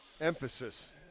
emphasis